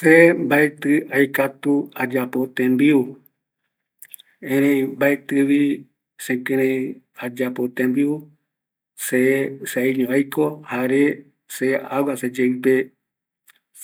Se mbaetɨ aikatu ayapo tembiu, erei mbatɨvi sekirei ayapo tembiu, se seaiño aiko, se agua seyeɨpe